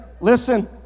listen